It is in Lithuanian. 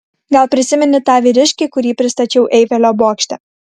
gal prisimeni tą vyriškį kurį tau pristačiau eifelio bokšte